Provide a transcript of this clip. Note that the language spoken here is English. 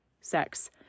sex